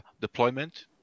deployment